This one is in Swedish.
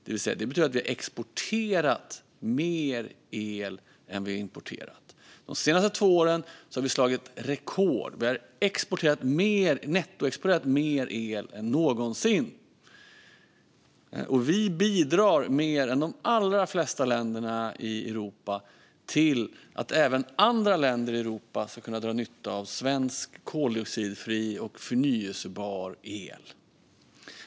Det betyder att vi har exporterat mer el än vi har importerat. De senaste två åren har vi slagit rekord. Vi har nettoexporterat mer el än någonsin. Sverige bidrar mer än de allra flesta länder i Europa till att även andra länder i Europa ska kunna dra nytta av svensk koldioxidfri och förnybar el.